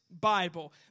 Bible